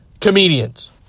comedians